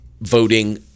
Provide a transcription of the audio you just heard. voting